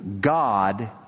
God